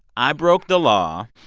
i broke the law